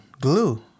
glue